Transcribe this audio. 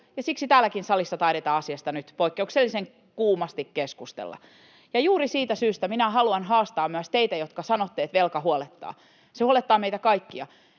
siksi täällä salissakin taidetaan asiasta nyt poikkeuksellisen kuumasti keskustella. Ja juuri siitä syystä minä haluan haastaa myös teitä, jotka sanotte, että velka huolettaa: Se huolettaa meitä kaikkia.